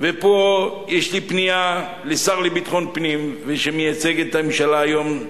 פה יש לי פנייה אל השר לביטחון פנים ולמייצגת את הממשלה היום,